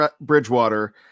Bridgewater